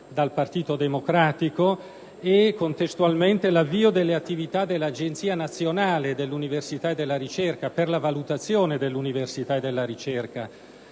dal Partito Democratico, e contestualmente l'avvio delle attività dell'Agenzia nazionale dell'università e della ricerca, per la valutazione dell'università e della ricerca.